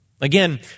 Again